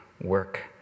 work